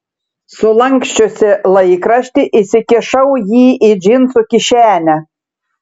sulanksčiusi laikraštį įsikišau jį į džinsų kišenę